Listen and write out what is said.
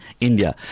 India